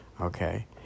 okay